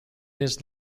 his